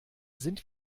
sind